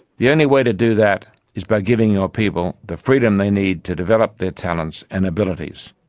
the only way to do that is by giving your people the freedom they need to develop their talents and abilities.